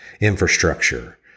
infrastructure